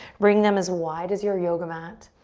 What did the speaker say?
bring them as wide as your yoga mat.